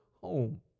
home